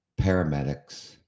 paramedics